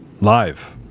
live